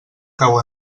cau